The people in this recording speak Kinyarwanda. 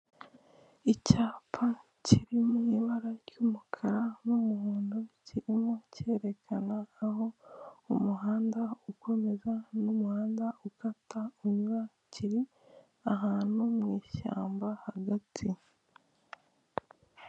Icyapa kiri mu ibara ry'umukara n'umuhondo, kirimo cyerekana aho umuhanda ukomeza n'umuhanda ukata unyura, kiri ahantu mu ishyamba hagati.